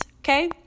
Okay